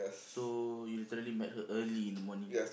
so you literally met her early in the morning